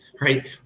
right